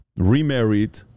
remarried